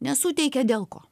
nesuteikė dėl ko